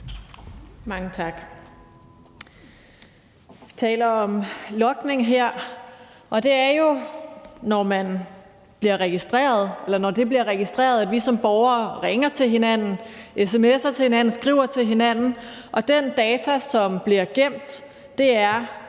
Mange tak. Vi taler om logning her. Det er jo, når det bliver registreret, at vi som borgere ringer til hinanden, sms'er til hinanden, skriver til hinanden, og den data, som bliver gemt, er,